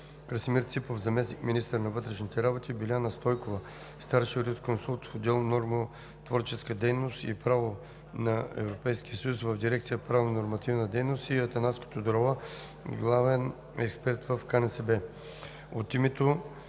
Красимир Ципов – заместник министър на вътрешните работи, Биляна Стойкова – старши юрисконсулт в отдел „Нормотворческа дейност и право на Европейски съюз“ в Дирекция „Правно-нормативна дейност“ и Атанаска Тодорова – главен експерт в КНСБ. От името